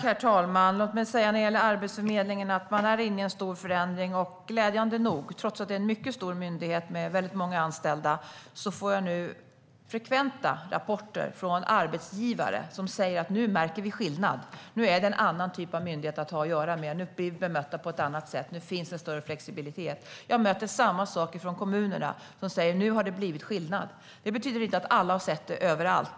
Herr talman! Låt mig beträffande Arbetsförmedlingen säga att de är inne i en stor förändring. Trots att det är en mycket stor myndighet med många anställda får jag, glädjande nog, frekventa rapporter från arbetsgivare som säger att de märker skillnad, att det nu är en annan typ av myndighet de har att göra med, att de blir bemötta på ett annat sätt. Det finns en större flexibilitet. Samma sak möter jag från kommunerna, som säger att det har blivit skillnad. Det betyder inte att alla märkt det överallt.